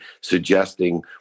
suggesting